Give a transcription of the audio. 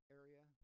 area